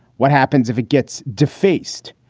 what happens if it gets defaced?